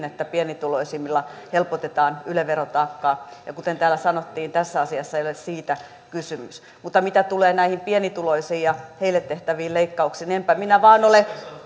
että pienituloisimmilla helpotetaan yle verotaakkaa ja kuten täällä sanottiin tässä asiassa ei ole siitä kysymys mutta mitä tulee näihin pienituloisiin ja heille tehtäviin leikkauksiin niin enpä minä vain ole